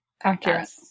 Accurate